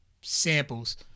samples